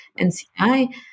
NCI